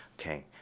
Okay